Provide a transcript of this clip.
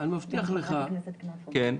אני מבטיח לך --- כן?